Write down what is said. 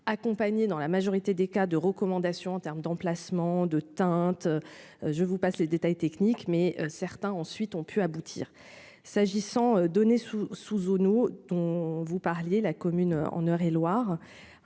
accompagné dans la majorité des cas de recommandations en termes d'emplacements de teintes je vous passe les détails techniques, mais certains ensuite ont pu aboutir, s'agissant donné sous sous dont vous parliez, la commune en Eure et Loir,